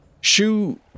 Shu